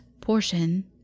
portion